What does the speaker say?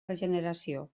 regeneració